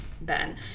Ben